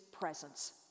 presence